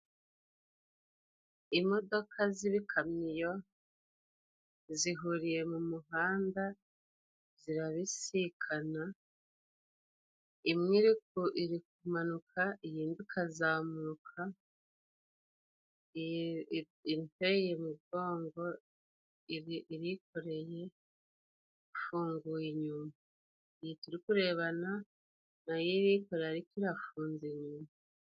Imodoka z'ibikamyo zihuriye mu muhanda zirabisikana， imwe iri kumanuka iyindi ikazamuka，iyi inteye umugongo irikoreye， ifunguye inyuma, iyi turi kurebana nayo irikoreye ariko irafunze inyuma.